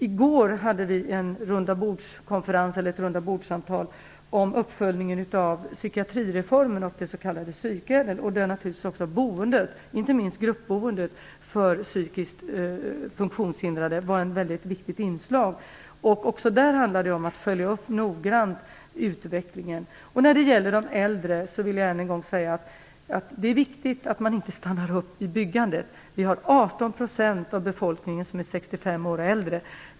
I går hade vi ett rundabords-samtal om uppföljningen av psykiatrireformen och det s.k. psyk-ÄDEL, där naturligtvis boendet och inte minst gruppboendet för psykiskt funktionshindrade var ett väldigt viktigt inslag. Också där handlar det om att noggrant följa upp utvecklingen. När det gäller de äldre vill jag än en gång säga att det är viktigt att man inte stannar upp i byggandet. 18 % av befolkningen är 65 år och äldre.